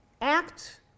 act